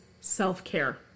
self-care